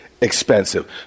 expensive